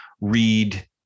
read